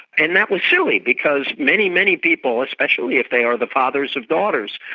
and that was silly because many, many people, especially if they are the fathers of daughters,